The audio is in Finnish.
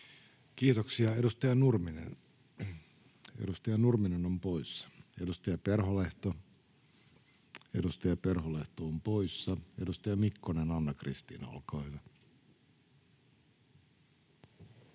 on poissa. Edustaja Perholehto, edustaja Perholehto on poissa. — Edustaja Mikkonen, Anna-Kristiina, olkaa hyvä.